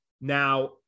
Now